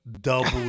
double